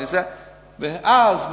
ואז,